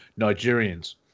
Nigerians